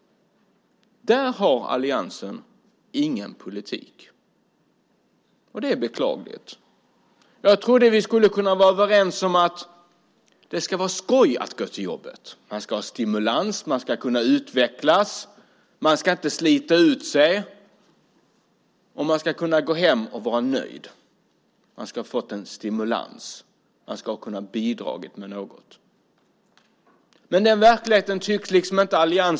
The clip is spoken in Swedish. Där har alliansen ingen politik. Det är beklagligt. Jag trodde att vi skulle kunna vara överens om att det ska vara skojigt att gå till jobbet, att man ska få stimulans och att man ska kunna utvecklas. Man ska inte slita ut sig, och man ska kunna vara nöjd när man går hem. Man ska alltså ha fått stimulans, och man ska kunna ha bidragit med något. Den verkligheten tycks alliansen liksom inte förstå.